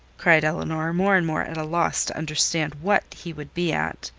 cried elinor, more and more at a loss to understand what he would be at.